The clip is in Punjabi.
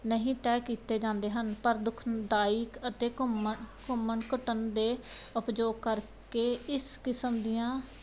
ਨਹੀਂ ਤਹਿ ਕੀਤੇ ਜਾਂਦੇ ਹਨ ਪਰ ਦੁਖਦਾਇਕ ਅਤੇ ਘੁੰਮਣ ਘੁੰਮਣ ਘੁਟਨ ਦੇ ਉਪਯੋਗ ਕਰਕੇ ਇਸ ਕਿਸਮ ਦੀਆਂ